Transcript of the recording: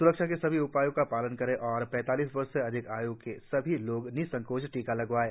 स्रक्षा के सभी उपायों का पालन करें और पैतालीस वर्ष से अधिक आय् के सभी लोग निसंकोच टीका लगवाएं